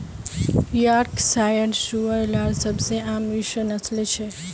Yorkshire सूअर लार सबसे आम विषय नस्लें छ